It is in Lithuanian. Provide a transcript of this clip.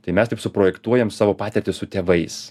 tai mes taip suprojektuojam savo patirtį su tėvais